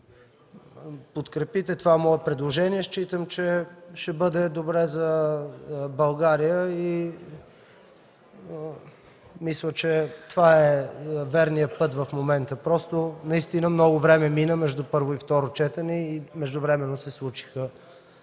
подкрепите това мое предложение считам, че ще бъде добре за България. Мисля, че това е верният път в момента. Много време мина между първо и второ четене и междувременно се случиха